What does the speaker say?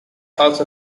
also